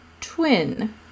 twin